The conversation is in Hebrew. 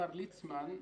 השר ליצמן,